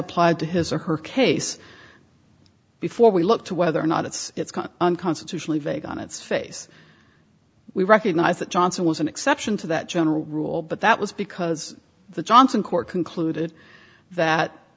applied to his or her case before we look to whether or not it's unconstitutionally vague on its face we recognize that johnson was an exception to that general rule but that was because the johnson court concluded that